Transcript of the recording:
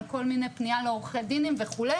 על כל מיני פניות לעורכי דין וכו',